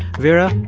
vera,